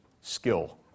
skill